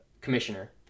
commissioner